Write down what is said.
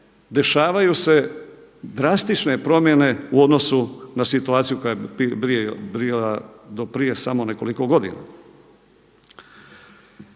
dešavaju se drastične promjene u odnosu na situaciju koja je bila do prije samo nekoliko godina.